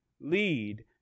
lead